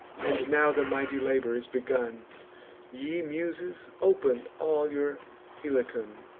and now the mighty labor is begun ye muses, open all your helicon.